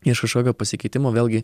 iš kažkokio pasikeitimo vėlgi